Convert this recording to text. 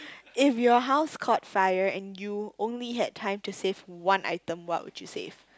if your house caught fire and you only had time to save one item what would you save